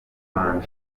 and